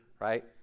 Right